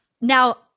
Now